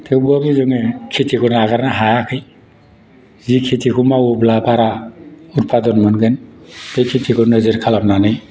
थेवब्लाबो जोङो खेतिखौ नागारनो हायाखै जि खेतिखौ मावोब्ला बारा उतपादन मोनगोन बे खेतिखौ नोजोर खालामनानै